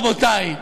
רבותי,